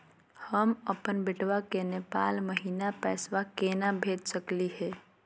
हम अपन बेटवा के नेपाल महिना पैसवा केना भेज सकली हे?